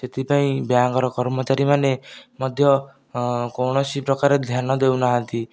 ସେଥିପାଇଁ ବ୍ୟାଙ୍କର କର୍ମଚାରୀମାନେ ମଧ୍ୟ କୌଣସି ପ୍ରକାର ଧ୍ୟାନ ଦେଉନାହାନ୍ତି